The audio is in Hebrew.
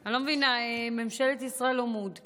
אני לא מבינה, ממשלת ישראל לא מעודכנת?